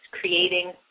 creating